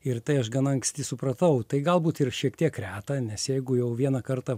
ir tai aš gana anksti supratau tai galbūt ir šiek tiek reta nes jeigu jau vieną kartą